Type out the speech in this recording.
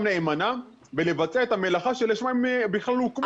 נאמנה ולבצע את המלאכה שלשמה הם בכלל הוקמו.